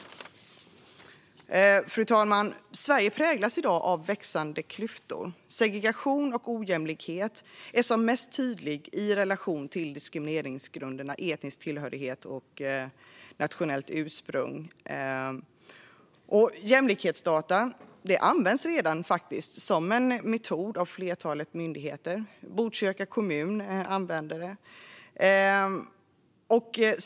Fru talman! Sverige präglas i dag av växande klyftor. Segregationen och ojämlikheten är som mest tydliga i relation till diskrimineringsgrunderna etnisk tillhörighet och nationellt ursprung eller hudfärg. Jämlikhetsdata används redan som metod av ett flertal myndigheter. Botkyrka kommun använder den.